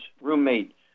roommate